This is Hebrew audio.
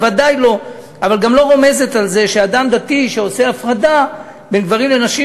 בוודאי לא אבל גם לא רומזת שאדם דתי שעושה הפרדה בין גברים לנשים,